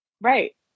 right